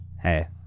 Hey